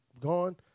gone